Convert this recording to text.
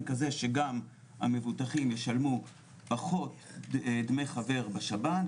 כזה שגם המבוטחים ישלמו פחות דמי חבר בשב"ן,